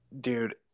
Dude